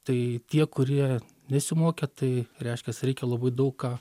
tai tie kurie nesimokė tai reiškias reikia labai daug ką